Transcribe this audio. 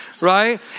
right